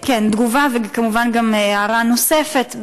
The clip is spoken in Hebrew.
כן, תגובה, וכמובן גם הערה נוספת.